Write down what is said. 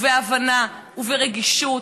בהבנה וברגישות,